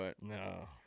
No